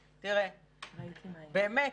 באמת,